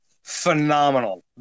phenomenal